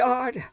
God